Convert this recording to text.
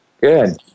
Good